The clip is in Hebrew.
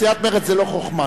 סיעת מרצ, זה לא חוכמה.